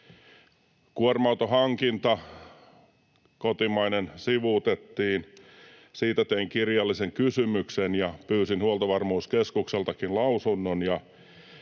kuorma-autohankinta sivuutettiin. Siitä tein kirjallisen kysymyksen ja pyysin Huoltovarmuuskeskukseltakin lausunnon.